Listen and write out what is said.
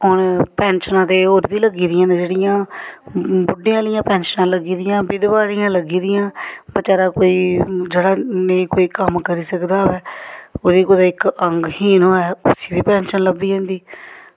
पैंशनां ते होर बी लग्गी दियां न जेह्ड़ियां बुड्ढें आह्लियां पैंशनां लग्गी दियां विधवा आह्लियां लग्गी दियां ते बचैरा जेह्ड़ा कोई नेईं कम्म लग्गी सकदा होऐ ते ओह् इक अंगहीन होऐ ते उसी बी पैंशन लब्भी सकदी